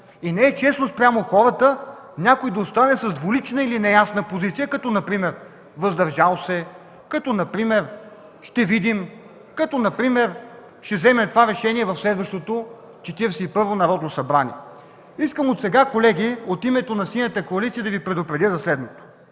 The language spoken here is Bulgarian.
Не е честно спрямо хората някой да остане с двулична или неясна позиция като например „въздържал се”, като например „ще видим”, като например „ще вземем това решение в следващото Четиридесет и второ Народно събрание”. Колеги, искам отсега от името на Синята коалиция да Ви предупредя за следното,